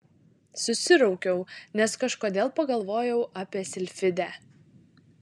susiraukiau nes kažkodėl pagalvojau apie silfidę